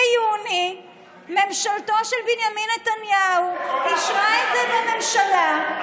ביוני ממשלתו של בנימין נתניהו אישרה את זה בממשלה.